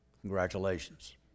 Congratulations